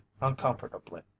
uncomfortably